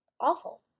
awful